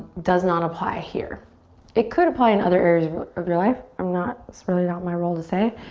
does not apply here it could apply in other areas of your life. i'm not, that's really not my role to say it,